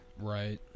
Right